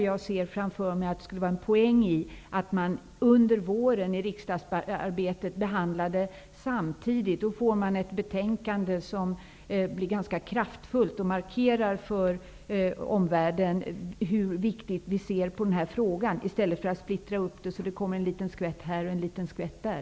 Jag anser att det skulle vara en poäng i att man under våren behandlade dessa frågor samtidigt i riksdagsarbetet. Vi skulle då få ett ganska kraftfullt betänkande som markerar för omvärlden hur viktig vi anser att den här frågan är. I annat fall får vi splittra upp behandlingen så att det kommer en liten skvätt här och en liten skvätt där.